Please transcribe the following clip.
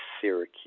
Syracuse